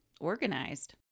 organized